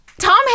Tom